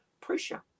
Pressure